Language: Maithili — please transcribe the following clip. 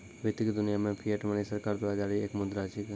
वित्त की दुनिया मे फिएट मनी सरकार द्वारा जारी एक मुद्रा छिकै